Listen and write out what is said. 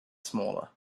smaller